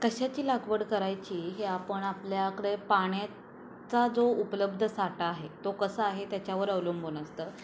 कशाची लागवड करायची हे आपण आपल्याकडे पाण्याचा जो उपलब्ध साठा आहे तो कसा आहे त्याच्यावर अवलंबून असतं